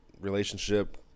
relationship